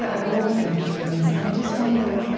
yeah i've always been interested in this and i just wonder ah